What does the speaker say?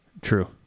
True